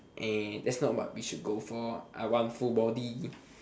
eh that's not what we should go for I want full body